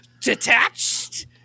detached